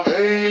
Hey